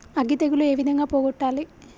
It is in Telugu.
అగ్గి తెగులు ఏ విధంగా పోగొట్టాలి?